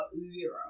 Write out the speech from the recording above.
zero